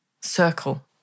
circle